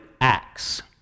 acts